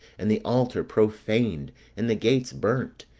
and the altar profaned, and the gates burnt,